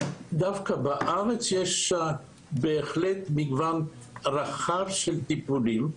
בארץ יש בהחלט מגוון רחב של טיפולים.